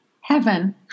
Heaven